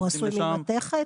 הוא עשוי ממתכת?